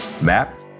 MAP